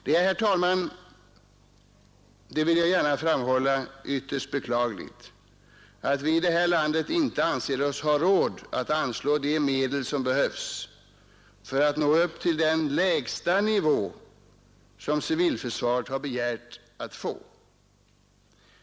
Jag vill, herr talman, gärna understryka att det är ytterst beklagligt att vi i det här landet inte anser oss ha råd att anslå de medel som behövs för att nå upp till den lägsta nivå som civilförsvaret har begärt att få.